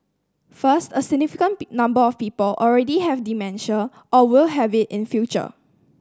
first a significant number of people already have dementia or will have it in future